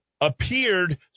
appeared